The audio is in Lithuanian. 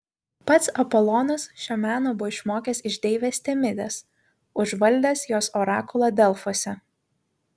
pats apolonas šio meno buvo išmokęs iš deivės temidės užvaldęs jos orakulą delfuose